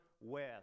west